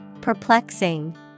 Perplexing